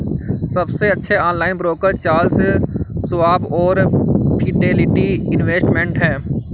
सबसे अच्छे online broker Charles Schwab और फिडेलिटी इन्वेस्टमेंट हैं